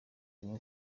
anywa